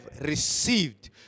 received